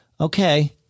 Okay